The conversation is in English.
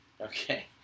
Okay